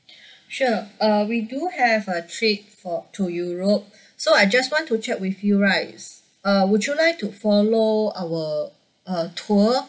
sure uh we do have uh trip for to europe so I just want to check with you right uh would you like to follow our uh tour